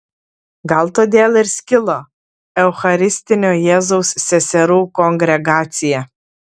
gal todėl ir skilo eucharistinio jėzaus seserų kongregacija